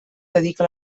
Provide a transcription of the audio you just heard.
dedica